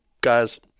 guys